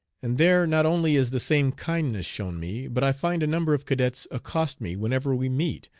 and there not only is the same kindness shown me, but i find a number of cadets accost me whenever we meet,